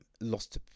lost